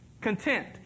Content